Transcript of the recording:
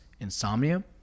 insomnia